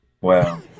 Wow